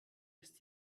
ist